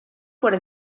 por